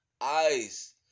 Ice